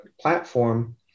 platform